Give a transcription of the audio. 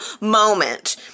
moment